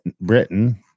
Britain